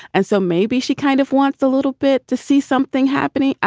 and so maybe she kind of wants a little bit to see something happening. ah